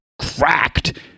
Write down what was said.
cracked